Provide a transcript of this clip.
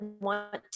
want